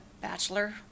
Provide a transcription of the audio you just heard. bachelor